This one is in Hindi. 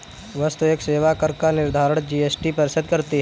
वस्तु एवं सेवा कर का निर्धारण जीएसटी परिषद करती है